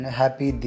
happy